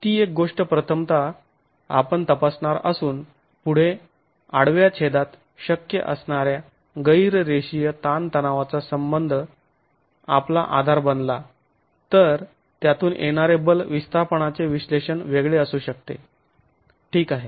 तर ती एक गोष्ट प्रथमता आपण तपासणार असून पुढे आडव्या छेदात शक्य असणाऱ्या गैर रेषीय ताण तणावाचा संबंध आपला आधार बनला तर त्यातून येणारे बल विस्थापनाचे विश्लेषण वेगळे असू शकते ठीक आहे